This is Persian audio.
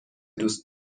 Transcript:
دوست